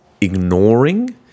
ignoring